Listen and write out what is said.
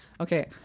okay